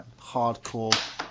hardcore